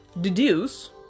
deduce